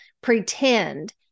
pretend